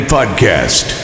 Podcast